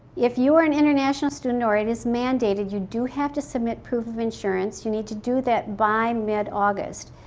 if you are an international student or it is mandated you do have to submit proof of insurance. you need to do that by mid-august.